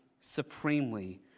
supremely